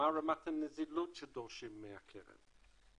מה רמת הנזילות שדורשים מהקרן.